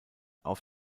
auf